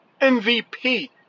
MVP